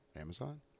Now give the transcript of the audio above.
Amazon